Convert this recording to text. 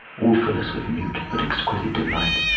all fill us with mute but exquisite delight,